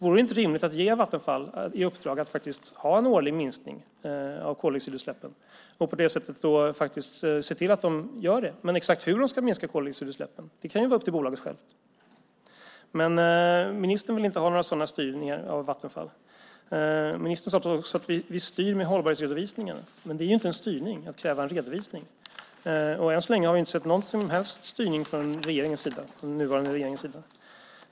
Vore det inte rimligt att ge Vattenfall i uppdrag att faktiskt ha en årlig minskning av koldioxidutsläppen och på det sättet faktiskt se till att de gör det? Men exakt hur de ska minska koldioxidutsläppen kan vara upp till bolaget självt. Men ministern vill inte ha någon sådan styrning av Vattenfall. Ministern sade också att man styr med hållbarhetsredovisningarna. Men det är inte en styrning att kräva en redovisning. Än så länge har vi inte sett någon som helst styrning från den nuvarande regeringens sida.